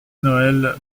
noëlle